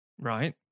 right